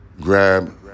grab